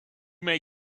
may